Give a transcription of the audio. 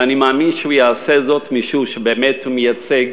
ואני מאמין שהוא יעשה זאת משום שהוא באמת מייצג